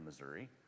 Missouri